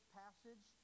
passage